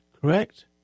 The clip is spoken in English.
Correct